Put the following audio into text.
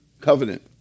covenant